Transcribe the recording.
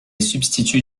substitut